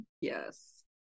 Yes